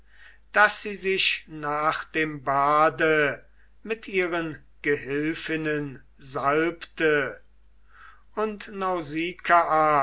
daß sie sich nach dem bade mit ihren gehilfinnen salbte und